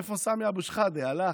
איפה סמי שחאדה, הלך?